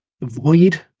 void